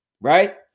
right